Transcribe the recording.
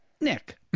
Nick